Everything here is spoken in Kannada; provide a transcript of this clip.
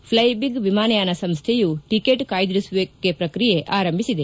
ಫ್ಲೈಬಿಗ್ ವಿಮಾನಯಾನ ಸಂಸ್ಥೆಯು ಟಕೆಟ್ ಕಾಯ್ದಿರಿಸುವಿಕೆ ಪ್ರಕ್ರಿಯೆ ಆರಂಭಿಸಿದೆ